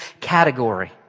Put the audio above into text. category